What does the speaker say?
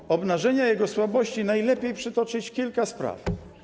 Aby obnażyć jego słabości, najlepiej przytoczyć kilka spraw.